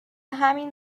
همین